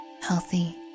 healthy